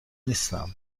نیستم